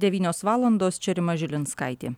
devynios valandos čia rima žilinskaitė